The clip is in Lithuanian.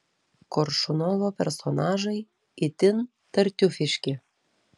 koršunovo personažai itin tartiufiški